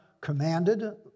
commanded